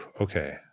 Okay